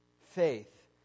faith